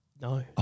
No